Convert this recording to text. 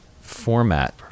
format